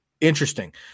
interesting